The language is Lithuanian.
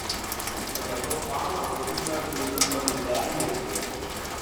susiradau paną kuri yra gryna pavydelnikė